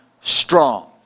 strong